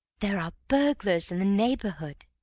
there are burglars in the neighborhood.